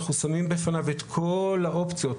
אנחנו שמים בפניו את כל האופציות.